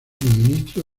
ministro